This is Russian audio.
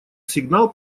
сигнал